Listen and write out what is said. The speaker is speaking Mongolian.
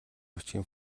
бичгийн